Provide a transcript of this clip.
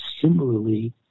Similarly